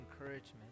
encouragement